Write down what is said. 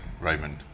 Raymond